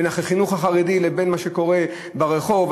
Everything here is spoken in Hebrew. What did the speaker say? בין החינוך החרדי לבין מה שקורה ברחוב,